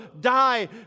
die